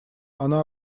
она